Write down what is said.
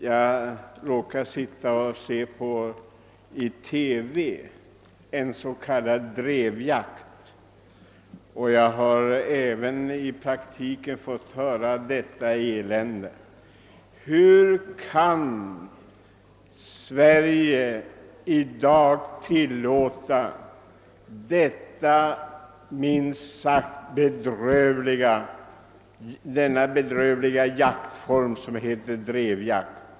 Jag råkade se på en s.k. drevjakt i TV, och jag har även i verkligheten fått se och höra detta elände. Hur kan man i Sverige i dag tillåta den bedrövliga jaktform som heter drevjakt?